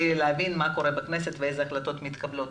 להבין מה קורה בכנסת ואיזה החלטות מתקבלות.